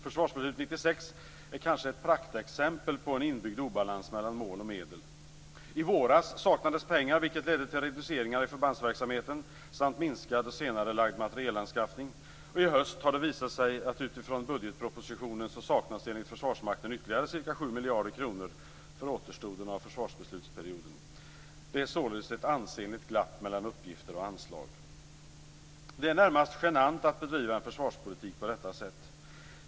Försvarsbeslut 96 är kanske ett praktexempel på en inbyggd obalans mellan mål och medel. I våras saknades pengar, vilket ledde till reduceringar i förbandsverksamheten samt minskad och senarelagd materielanskaffning. I höst har det visat sig att det enligt Försvarsmakten utifrån budgetpropositionen saknas ytterligare ca 7 miljarder kronor för återstoden av försvarsbeslutsperioden. Det är således ett ansenligt glapp mellan uppgifter och anslag. Det är närmast genant att bedriva en försvarspolitik på detta sätt.